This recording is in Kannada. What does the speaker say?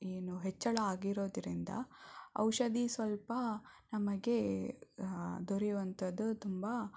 ಏನು ಹೆಚ್ಚಳ ಆಗಿರೋದ್ರಿಂದ ಔಷಧಿ ಸ್ವಲ್ಪ ನಮಗೆ ದೊರೆಯುವಂಥದ್ದು ತುಂಬ